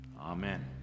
Amen